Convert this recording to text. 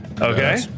Okay